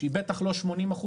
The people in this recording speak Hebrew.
שהיא בטח לא 80%,